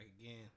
again